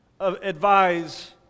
advise